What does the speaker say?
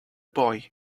boy